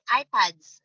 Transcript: iPads